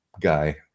guy